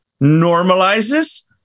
normalizes